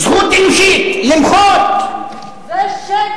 זכות אנושית, למחות, זה שקר.